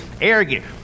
arrogant